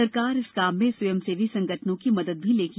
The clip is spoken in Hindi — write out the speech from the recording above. सरकार इस काम में स्वयं सेवी संगठनों की मदद भी लेगी